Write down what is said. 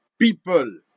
people